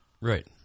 Right